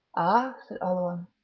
ah! said oleron.